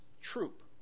troop